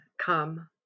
Come